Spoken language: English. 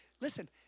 Listen